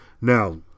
Now